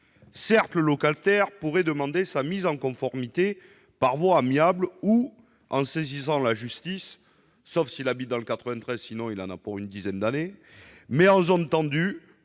Certes, le locataire pourrait demander sa mise en conformité par voie amiable ou en saisissant la justice- dans le 93, il en aura pour une dizaine d'années ...-, mais, en zone tendue,